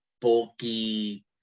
bulky